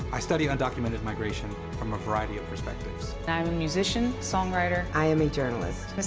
i study undocumented migration from a variety of perspectives. i'm a musician, songwriter. i am a journalist.